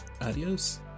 Adios